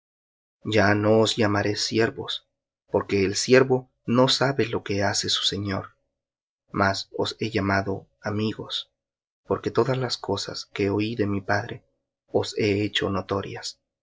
ya no os llamaré siervos porque el siervo no sabe lo que hace su señor mas os he llamado amigos porque todas las cosas que oí de mi padre os he hecho notorias